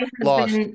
lost